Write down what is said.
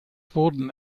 wurden